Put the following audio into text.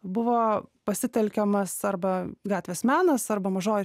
buvo pasitelkiamas arba gatvės menas arba mažoji